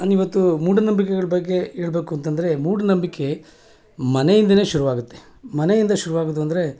ನಾನು ಈವತ್ತು ಮೂಢನಂಬಿಕೆಗಳು ಬಗ್ಗೆ ಹೇಳ್ಬೇಕು ಅಂತ ಅಂದ್ರೆ ಮೂಢನಂಬಿಕೆ ಮನೆಯಿಂದಲೇ ಶುರುವಾಗುತ್ತೆ ಮನೆಯಿಂದ ಶುರುವಾಗೋದು ಅಂದರೆ